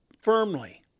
firmly